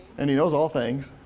and he knows all things,